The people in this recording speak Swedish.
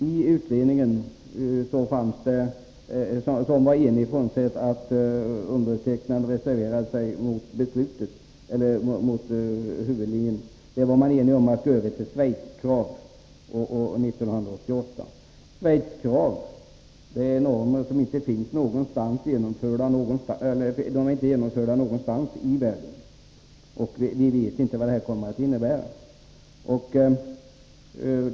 I utredningen — som var enig, bortsett ifrån att jag reserverade mig mot huvudlinjen — var man överens om att år 1988 gå över till Schweizkraven. Schweiznormerna är inte genomförda någonstans i världen, och därför vet vi inte vad de kommer att innebära.